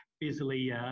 busily